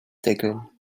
deckeln